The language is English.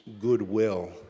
goodwill